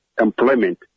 employment